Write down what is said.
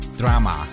drama